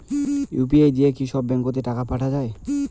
UPI দিয়া কি সব ব্যাংক ওত টাকা পাঠা যায়?